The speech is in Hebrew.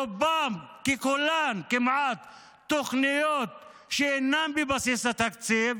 רובם ככולם תוכניות שאינן בבסיס התקציב,